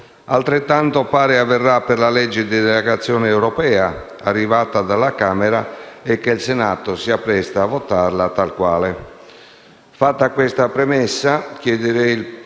altrettanto pare avverrà per il disegno di legge di delegazione europea arrivato dalla Camera, che il Senato si appresta a votare tal quale.